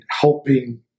helping